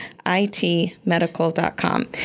itmedical.com